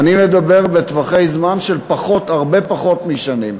אני מדבר בטווחי זמן של פחות, הרבה פחות משנים,